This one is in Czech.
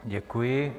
Děkuji.